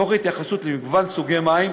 תוך התייחסות למגוון סוגי המים,